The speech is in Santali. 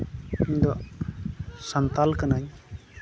ᱤᱧ ᱫᱚ ᱥᱟᱱᱛᱟᱲ ᱠᱟᱹᱱᱟᱹᱧ